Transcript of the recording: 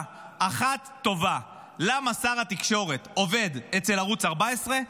אחת טובה למה שר התקשורת עובד אצל ערוץ 14,